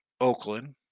Oakland